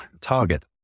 target